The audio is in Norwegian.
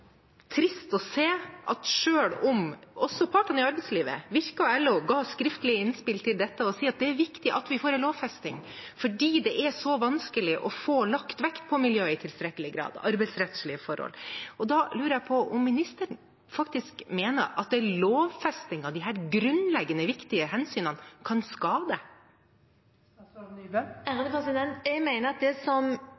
trist å se, når også partene i arbeidslivet, Virke og LO, gav skriftlig innspill til dette og sa at det er viktig at vi får en lovfesting fordi det er så vanskelig å få lagt vekt på miljøet i tilstrekkelig grad – arbeidsrettslige forhold. Da lurer jeg på om ministeren faktisk mener at en lovfesting av disse grunnleggende viktige hensynene kan skade. Jeg mener at det